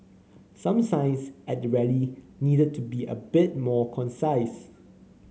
some signs at the rally needed to be a bit more concise